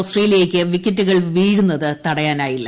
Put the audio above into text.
ഓസ്ട്രേലിയയ്ക്ക് വിക്കറ്റുകൾ വീഴുന്നത് തടയാനായില്ല